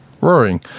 Roaring